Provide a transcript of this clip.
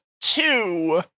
two